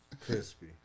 Crispy